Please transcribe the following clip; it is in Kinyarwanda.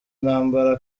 intambara